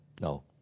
No